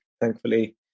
thankfully